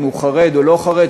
אם הוא חרדי או לא חרדי,